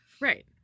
Right